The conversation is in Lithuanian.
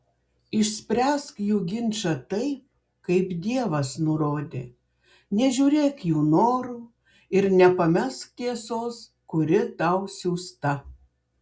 išspręsk jų ginčą taip kaip dievas nurodė nežiūrėk jų norų ir nepamesk tiesos kuri tau siųsta